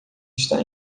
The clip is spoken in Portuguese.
está